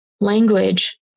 language